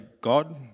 God